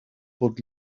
would